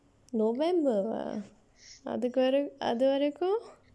november-aa அது வரை அது வரைக்கும்:athu varai athu varaikkum